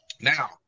now